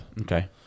Okay